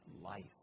life